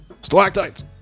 Stalactites